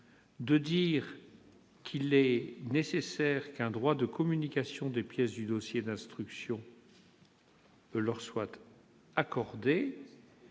de dire qu'il est nécessaire qu'un droit de communication des pièces du dossier d'instruction leur soit accordé